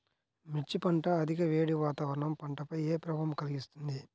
మిర్చి పంట అధిక వేడి వాతావరణం పంటపై ఏ ప్రభావం కలిగిస్తుంది?